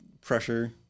pressure